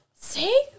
see